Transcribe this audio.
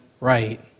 right